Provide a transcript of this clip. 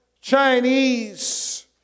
Chinese